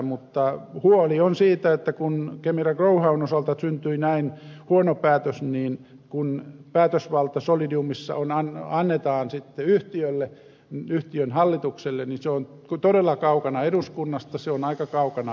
mutta huoli on siitä että kun kemira growhown osalta syntyi näin huono päätös niin kun päätösvalta solidiumissa annetaan sitten yhtiölle yhtiön hallitukselle niin se on todella kaukana eduskunnasta se on aika kaukana hallituksesta